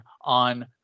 on